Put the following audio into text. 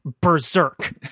berserk